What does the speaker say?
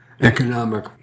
economic